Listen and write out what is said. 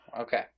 Okay